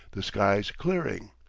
the skies clearing,